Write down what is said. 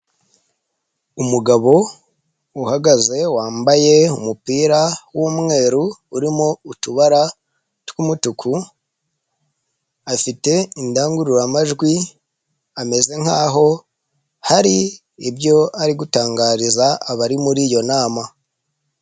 Umugabo uhagaze wambaye umupira w'umweru urimo utubara tw'umutuku, afite indangururamajwi, ameze nkaho hari ibyo ari gutangariza abari muri iyo nama.